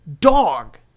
Dog